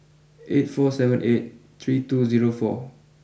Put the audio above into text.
eight four seven eight three two zero four